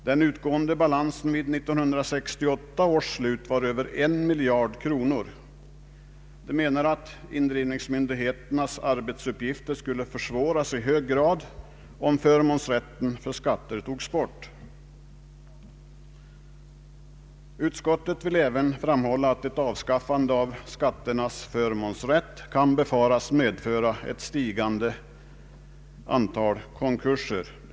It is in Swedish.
Den utgående balansen vid 1968 års slut var över en miljard kronor. Man menar att indrivningsmyndigheternas arbetsuppgifter i hög grad skulle försvåras om förmånsrätten för skatter togs bort. I utskottsutlåtandet framhålls även att ett avskaffande av skatternas förmånsrätt kan befaras medföra ett stigande antal konkurser.